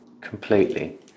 completely